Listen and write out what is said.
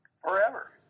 forever